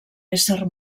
ésser